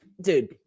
Dude –